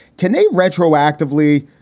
can they retroactively.